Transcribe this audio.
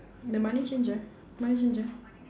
the money changer money changer